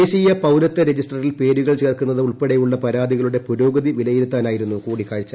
ദേശീയ പൌരത്വ രജിസ്റ്ററിൽ പേരുകൾ ചേർക്കുന്നത് ഉൾപ്പെടെയുള്ള പരാതികളുടെ പുരോഗതി വിലയിരുത്താനായിരുന്നു കൂടിക്കാഴ്ച